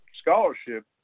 scholarship